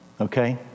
okay